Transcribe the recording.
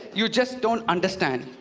you just don't understand.